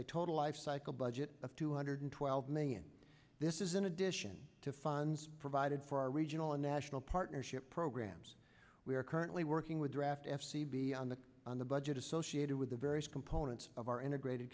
a total lifecycle budget of two hundred twelve million this is in addition to funds provided for our regional and national partnership programs we are currently working with draft f c b on the on the budget associated with the various components of our integrated